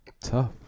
tough